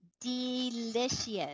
delicious